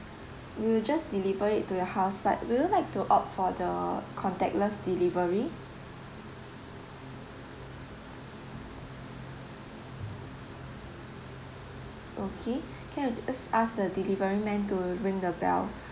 we will just deliver it to your house but do you like to opt for the contactless delivery okay can ask the delivery man to ring the bell